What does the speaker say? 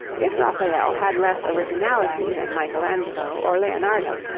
if raphael had less originality than michelangelo or leonardo,